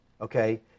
Okay